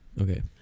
okay